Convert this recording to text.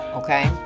okay